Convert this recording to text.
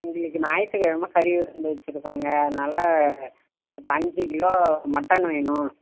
எங்களுக்கு ஞாயித்து கிழம கறி விருந்து வச்சுருக்கோம்ங்க அதனால ஒரு அஞ்சு கிலோ மட்டன் வேணும்